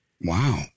Wow